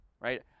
Right